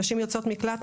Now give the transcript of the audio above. נשים יוצאות מקלט,